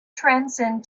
transcend